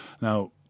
now